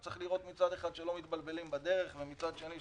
צריך לראות שלא מתבלבלים בדרך ומצד שני,